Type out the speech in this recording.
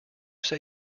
say